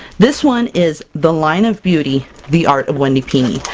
this one is the line of beauty the art of wendy pini!